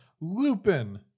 Lupin